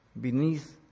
Beneath